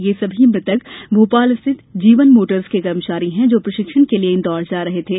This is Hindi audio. यह सभी मृतक भोपाल स्थित जीवन मोटर्स के कर्मचारी हैं जो प्रशिक्षण के लिये इंदौर जा रहे थे